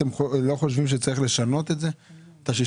אתם לא חושבים שצריך לשנות את ה-60-40?